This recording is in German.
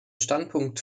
standpunkt